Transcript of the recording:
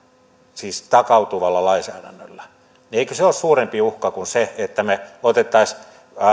siis takautuvalla lainsäädännöllä niin eikö se ole suurempi uhka kuin se että me ottaisimme